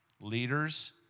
Leaders